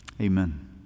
Amen